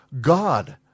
God